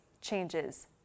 changes